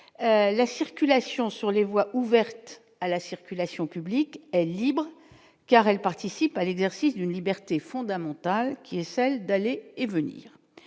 la circulation sur les voies ouvertes à la circulation publique est libre car elle participe à l'exercice d'une liberté fondamentale qui est celle d'aller et venir,